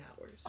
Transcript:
hours